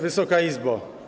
Wysoka Izbo!